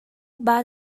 بعد